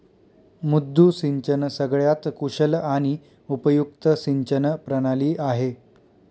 मुद्दू सिंचन सगळ्यात कुशल आणि उपयुक्त सिंचन प्रणाली आहे